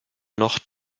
noch